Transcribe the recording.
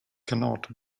cannot